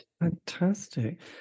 Fantastic